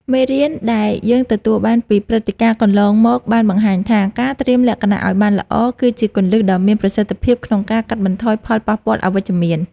មេរៀនដែលយើងទទួលបានពីព្រឹត្តិការណ៍កន្លងមកបានបង្ហាញថា ការត្រៀមលក្ខណៈឱ្យបានល្អ គឺជាគន្លឹះដ៏មានប្រសិទ្ធភាពក្នុងការកាត់បន្ថយផលប៉ះពាល់អវិជ្ជមាន។